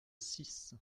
six